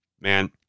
Man